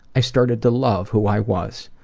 i started to love who i was.